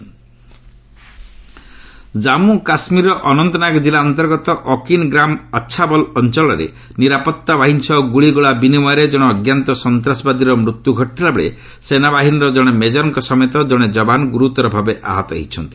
JK encounter Jammu କାଶ୍ମୀରର ଅନନ୍ତନାଗ କିଲ୍ଲା ଅନ୍ତର୍ଗତ ଅକିନ୍ଗାମ୍ ଅଚ୍ଚାବଳ ଅଞ୍ଚଳରେ ନିରାପତ୍ତା ବାହିନୀ ସହ ଗୁଳିଗୋଳା ବିନିମୟରେ ଜଣେ ଅଜ୍ଞାତ ସନ୍ତାସବାଦୀର ମୃତ୍ୟୁ ଘଟିଥିଲାବେଳେ ସେନାବାହିନୀର ଜଣେ ମେଜର୍ଙ୍କ ସମେତ ଜଣେ ଯବାନ ଗୁରୁତର ଭାବେ ଆହତ ହୋଇଛନ୍ତି